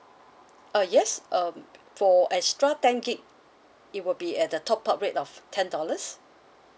ah yes um for extra ten gig it will be at the top up rate of ten dollars